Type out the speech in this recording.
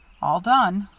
all done.